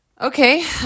Okay